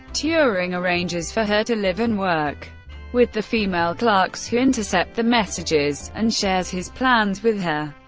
turing arranges for her to live and work with the female clerks who intercept the messages, and shares his plans with her.